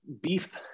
beef